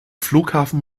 flughafen